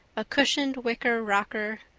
a cushioned wicker rocker,